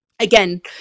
again